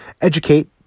educate